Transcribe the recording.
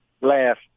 last